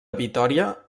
vitòria